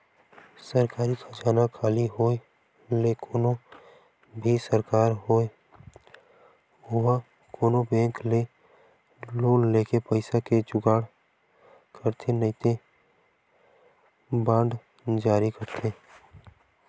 सरकारी खजाना खाली होय ले कोनो भी सरकार होय ओहा कोनो बेंक ले लोन लेके पइसा के जुगाड़ करथे नइते बांड जारी करथे